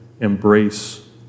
embrace